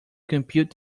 compute